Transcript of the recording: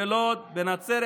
בלוד, בנצרת.